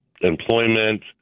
employment